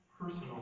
personal